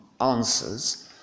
answers